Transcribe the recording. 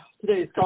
today's